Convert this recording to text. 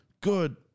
Good